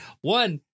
One